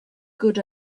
good